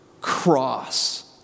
cross